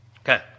Okay